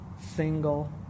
single